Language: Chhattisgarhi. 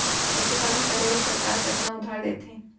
पशुपालन करे बर सरकार कतना उधार देथे?